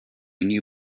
new